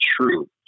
true